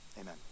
Amen